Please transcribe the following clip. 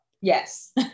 Yes